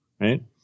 right